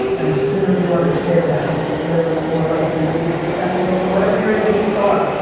and the sooner you understand that the more likely you'll be successful in whatever your ambitions are,